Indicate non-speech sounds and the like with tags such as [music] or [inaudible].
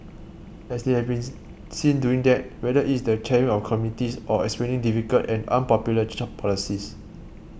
as they have been [unintelligible] seen doing that whether it is the chairing of committees or explaining difficult and unpopular [unintelligible] policies